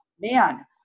man